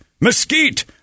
mesquite